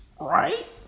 right